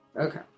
Okay